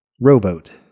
Rowboat